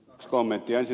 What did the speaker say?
kaksi kommenttia